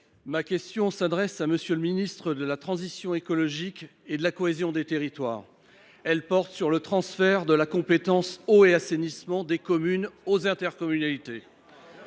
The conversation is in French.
Ma question, qui s’adresse à M. le ministre de la transition écologique et de la cohésion des territoires, porte sur le transfert de la compétence eau et assainissement des communes aux intercommunalités.